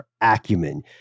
acumen